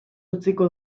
utziko